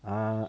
err